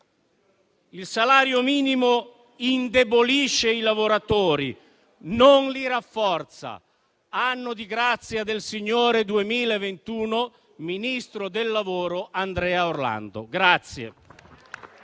del salario minimo indebolisce i lavoratori, non li rafforza». Anno di grazia del Signore 2021, ministro del lavoro Andrea Orlando.